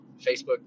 Facebook